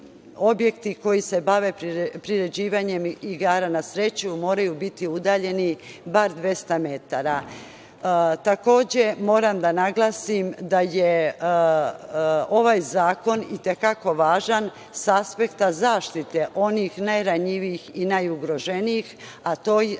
objekti koji se bave priređivanjem igara na sreću moraju biti udaljeni bar 200 metara. Takođe, moram da naglasim da je ovaj zakon i te kako važan sa aspekta zaštite onih najranjivijih i najugroženijih, a to